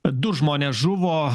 du žmonės žuvo